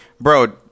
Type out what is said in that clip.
bro